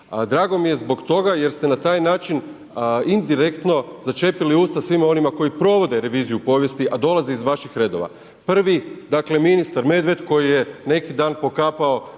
drago mi je zbog toga jer ste na taj način indirektno začepili usta svima onima koji provode reviziju povijesti a dolaze iz vaših redova. Prvi dakle ministar Medved koji neki dan pokapao